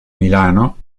milano